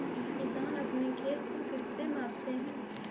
किसान अपने खेत को किससे मापते हैं?